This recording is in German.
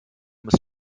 muss